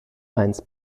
eins